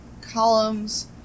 Columns